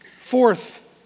Fourth